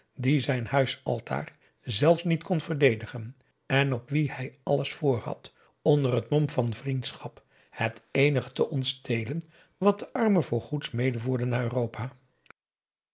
die zijn huisaltaar zelfs niet kon verdedigen en op wien hij alles p a daum hoe hij raad van indië werd onder ps maurits vr had onder het mom van vriendschap het eenige te ontstelen wat de arme voor goeds meevoerde naar europa